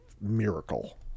miracle